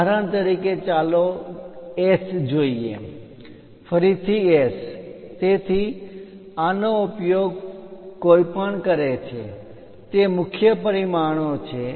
ઉદાહરણ તરીકે ચાલો S જોઈએ ફરીથી S તેથી આનો ઉપયોગ કોઈપણ કરે છે તે મુખ્ય પરિમાણો છે